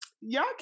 y'all